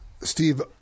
Steve